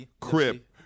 Crip